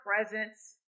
presence